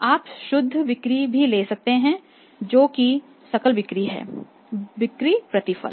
आप शुद्ध बिक्री भी ले सकते हैं जो कि सकल बिक्री है बिक्री प्रतिफल